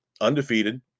undefeated